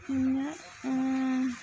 ᱤᱧᱟᱹᱜ